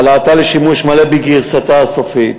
להעלאתה לשימוש מלא בגרסתה הסופית.